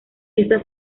esa